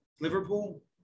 Liverpool